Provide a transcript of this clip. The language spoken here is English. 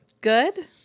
Good